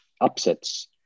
upsets